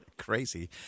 Crazy